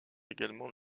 également